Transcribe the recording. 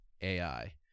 ai